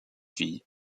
fille